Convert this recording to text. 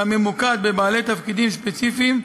הממוקד בבעלי תפקידים ספציפיים,